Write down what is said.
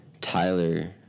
Tyler